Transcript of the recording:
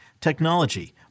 technology